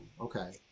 okay